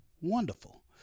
wonderful